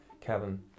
Kevin